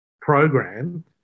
program